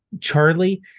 Charlie